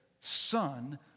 son